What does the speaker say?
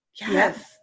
yes